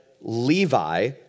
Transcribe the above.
Levi